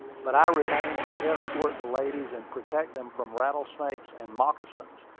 but i remained to escort the ladies and protect them from rattlesnakes and moccasins,